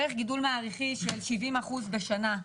בערך גידול מעריכי של 70 אחוז בשנה,